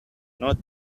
not